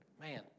Man